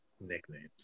nicknames